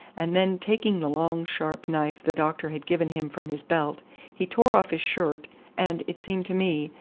and then taking the long sharp knife the doctor had given him from his belt, he tore off his shirt and, it seemed to me,